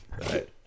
right